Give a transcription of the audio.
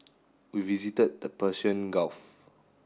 we visited the Persian Gulf